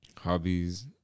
Hobbies